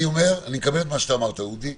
אודי,